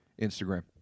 Instagram